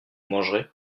mangerez